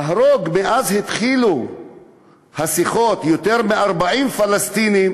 להרוג מאז התחילו השיחות יותר מ-40 פלסטינים,